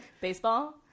baseball